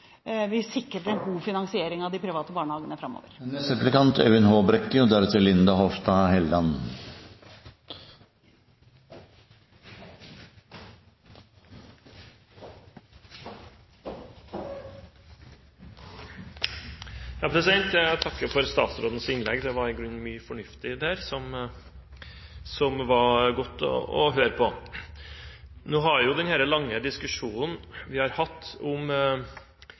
vi sikrer en god finansiering av de private barnehagene framover. Jeg takker for statsrådens innlegg. Det var i grunnen mye fornuftig der, som det var godt å høre på. Nå har denne lange diskusjonen vi har hatt om